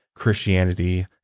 Christianity